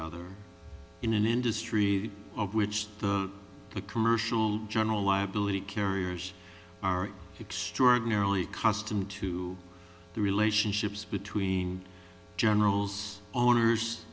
other in an industry of which the commercial general liability carriers are extraordinarily custom to the relationships between generals owners